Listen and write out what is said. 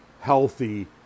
Healthy